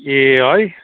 ए है